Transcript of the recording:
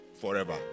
forever